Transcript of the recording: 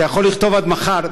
אתה יכול לכתוב עד מחר,